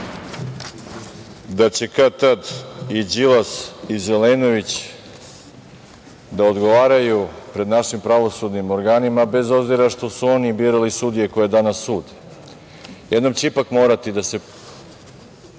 da će kad-tad i Đilas i Zelenović da odgovaraju pred našim pravosudnim organima, bez obzira što su oni birali sudije koje danas sude. Jednom će ipak morati da se